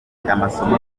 amasomo